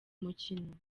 mukino